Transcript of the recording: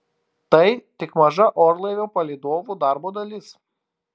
tai tik maža orlaivio palydovų darbo dalis